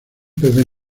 pez